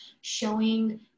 showing